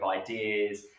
ideas